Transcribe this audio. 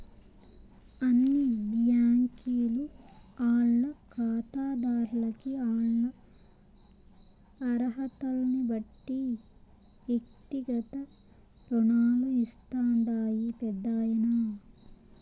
అన్ని బ్యాంకీలు ఆల్ల కాతాదార్లకి ఆల్ల అరహతల్నిబట్టి ఎక్తిగత రుణాలు ఇస్తాండాయి పెద్దాయనా